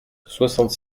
soixante